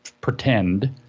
pretend